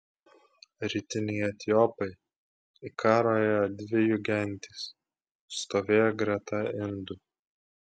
rytiniai etiopai į karą ėjo dvi jų gentys stovėjo greta indų